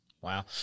Wow